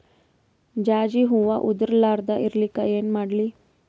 ಜಾಜಿ ಹೂವ ಉದರ್ ಲಾರದ ಇರಲಿಕ್ಕಿ ಏನ ಮಾಡ್ಲಿ?